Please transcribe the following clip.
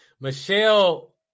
michelle